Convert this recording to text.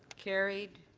carried.